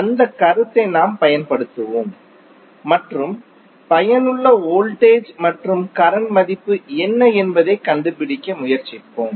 அந்த கருத்தை நாம் பயன்படுத்துவோம் மற்றும் பயனுள்ள வோல்டேஜ் மற்றும் கரண்ட் மதிப்பு என்ன என்பதைக் கண்டுபிடிக்க முயற்சிப்போம்